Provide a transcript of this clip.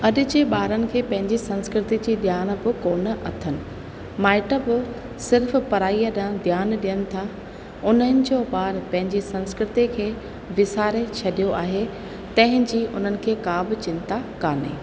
अॼ जे ॿारनि खे पंहिंजे संस्कृति जी ॼाण पो कोन अथनि माइट बि सिर्फ़ु पढ़ाई त ध्यानु ॾियनि था उन्हनि जो ॿार पंहिंजे संस्कृति खे विसारे छॾियो आहे तंहिंजी उन्हनि खे का बि चिंता कोन्हे